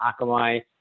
Akamai